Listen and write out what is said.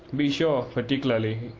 be sure, particularly,